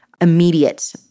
immediate